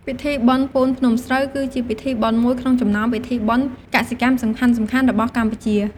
ពិធីបុណ្យពូនភ្នំស្រូវ គឺជាពិធីបុណ្យមួយក្នុងចំណោមពិធីបុណ្យកសិកម្មសំខាន់ៗរបស់កម្ពុជា ។